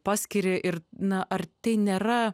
paskiri ir na ar tai nėra